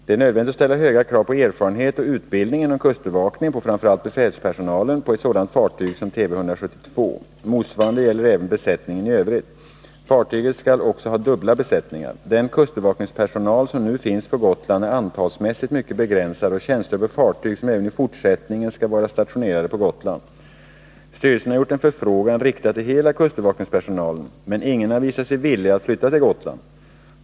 Det är nödvändigt att ställa höga krav på erfarenhet och utbildning inom kustbevakningen på framför allt befälspersonalen på ett sådant fartyg som Tv 172. Motsvarande gäller även besättningen i övrigt. Fartyget skall också ha dubbla besättningar. Den kustbevakningspersonal som nu finns på Gotland är antalsmässigt mycket begränsad och tjänstgör på fartyg som även i fortsättningen skall vara stationerade på Gotland. Styrelsen har gjort en förfrågan, riktad till hela kustbevakningspersonalen, men ingen har visat sig villig att flytta till Gotland.